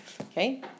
Okay